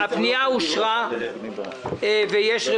בשנה שעברה הייתה בדיוק את אותה